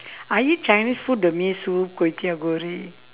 I eat chinese food the mee soup kway-teow-goreng